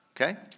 Okay